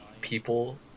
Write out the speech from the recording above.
people